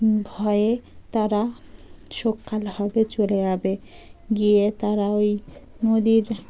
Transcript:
ভয়ে তারা সকাল না হতে চলে যাবে গিয়ে তারা ওই নদীর